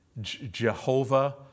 Jehovah